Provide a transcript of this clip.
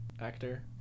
actor